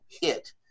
hit